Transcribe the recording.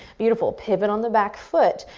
beautiful. pivot on the back foot.